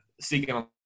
seeking